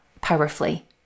powerfully